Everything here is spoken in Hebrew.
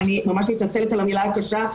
ואני ממש מתנצלת על המילה הקשה,